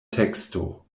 teksto